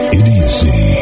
idiocy